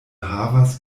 havas